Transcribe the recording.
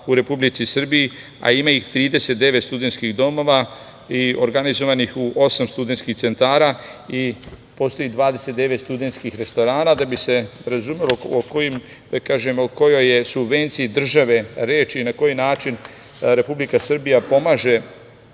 u Republici Srbiji, a ima 39 studentskih domova organizovanih u osam studentskih centara. Postoji 29 studentskih restorana. Da bi se razumelo o kojoj je subvenciji države reč i na koji način Republika Srbija pomaže